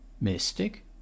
Mystic